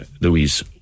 Louise